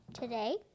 Today